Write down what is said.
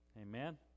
Amen